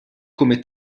come